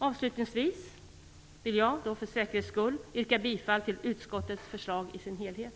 Avslutningsvis vill jag för säkerhets skull yrka bifall till utskottets förslag i dess helhet.